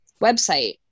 website